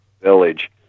village